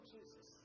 Jesus